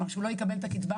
כלומר שהוא לא יקבל את הקצבה.